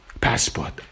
passport